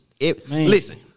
Listen